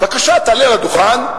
בבקשה, תעלה לדוכן,